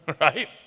Right